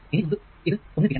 ഇനി നമുക്ക് ഇത് ഒന്നിപ്പിക്കണം